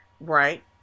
Right